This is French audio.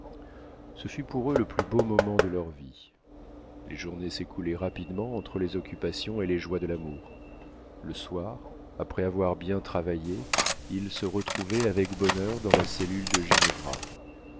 ce fut pour eux le plus beau moment de leur vie les journées s'écoulaient rapidement entre les occupations et les joies de l'amour le soir après avoir bien travaillé ils se retrouvaient avec bonheur dans la cellule de